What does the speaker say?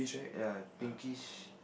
ya pinkish